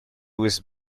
was